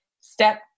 Step